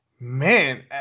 Man